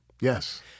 yes